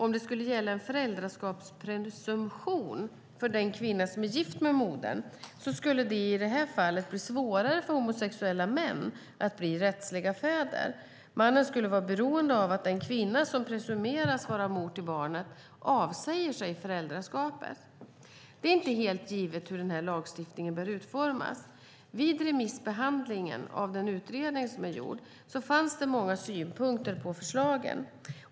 Om det skulle gälla en föräldraskapspresumtion för den kvinna som är gift med modern skulle det i sådana här fall bli svårare för homosexuella män att bli rättsliga fäder. Mannen skulle vara beroende av att den kvinna som presumeras vara mor till barnet avsäger sig föräldraskapet. Det är inte givet hur lagstiftningen bör utformas. Vid remissbehandlingen av den gjorda utredningen fanns det många synpunkter på förslagen.